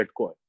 Bitcoin